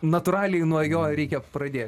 natūraliai nuo jo reikia pradėt